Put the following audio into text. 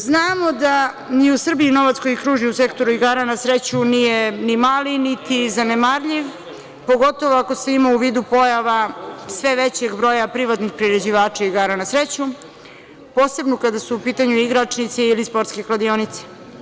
Znamo da ni u Srbiji novac koji kruži u sektoru igara na sreću nije ni mali, niti zanemarljiv, pogotovo ako se ima u vidu pojava sve većeg broja privatnih priređivača igara na sreću, posebno kada su u pitanju igračnici ili sportske kladionice.